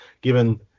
given